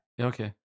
Okay